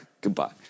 Goodbye